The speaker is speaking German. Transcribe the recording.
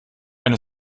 eine